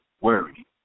worry